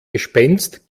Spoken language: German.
gespenst